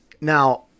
now